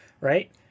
right